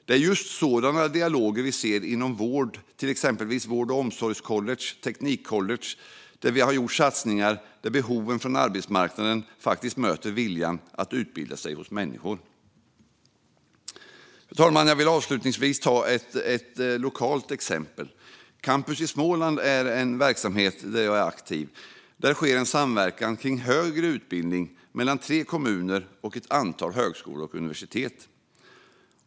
Det är just sådana dialoger vi ser inom exempelvis vård och omsorgscollege och teknikcollege, där vi har gjort satsningar. Där möter behoven hos arbetsmarknaden viljan att utbilda sig hos människor. Fru talman! Jag vill avslutningsvis ta ett lokalt exempel. Campus i Småland är en verksamhet där jag är aktiv. Där sker samverkan kring högre utbildning mellan tre kommuner och ett antal högskolor och universitet.